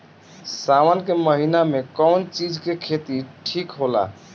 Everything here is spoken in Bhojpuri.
सावन के महिना मे कौन चिज के खेती ठिक होला?